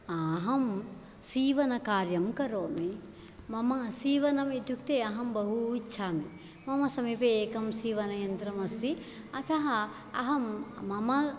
अहं सीवनकार्यं करोमि मम सीवनमित्युक्ते अहं बहु इच्छामि मम समीपे एकं सीवनयन्त्रम् अस्ति अतः अहं मम